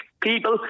people